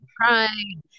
crying